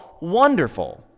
Wonderful